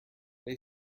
they